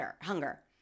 hunger